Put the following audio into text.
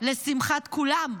לשמחת כולם,